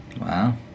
Wow